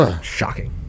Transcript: Shocking